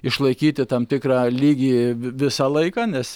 išlaikyti tam tikrą lygį visą laiką nes